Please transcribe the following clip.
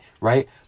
right